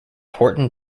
horton